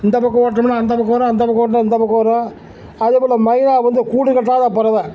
இந்த பக்கம் ஓட்டினமுன்னா அந்த பக்கம் வரும் அந்த பக்கம் ஓட்டினா இந்த பக்கம் வரும் அதே போல் மைனா வந்து கூடுக்கட்டாத பறவை